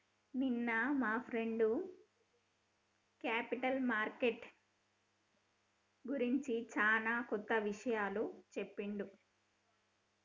నిన్న మా friend capital market గురించి చానా కొత్త ఇషయాలు చెప్పిండు